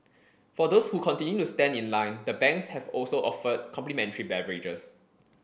for those who continue to stand in line the banks have also offered complimentary beverages